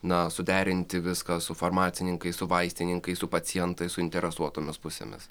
na suderinti viską su farmacininkais su vaistininkais su pacientais suinteresuotomis pusėmis